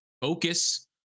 focus